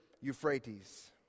Euphrates